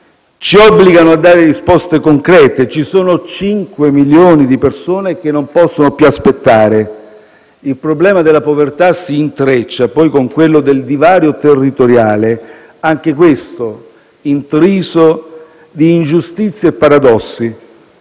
ci obbligano a dare risposte concrete: ci sono 5 milioni di persone che non possono più aspettare. Il problema della povertà si intreccia, poi, con quello del divario territoriale, anche questo intriso di ingiustizie e paradossi.